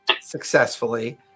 successfully